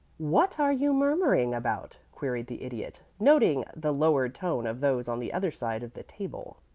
what are you murmuring about? queried the idiot, noting the lowered tone of those on the other side of the table.